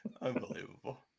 Unbelievable